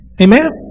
Amen